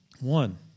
One